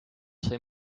sai